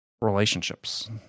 relationships